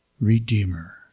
redeemer